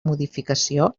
modificació